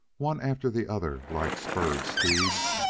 one after the other, like spurred steeds,